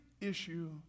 issue